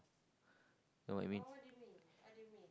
no I mean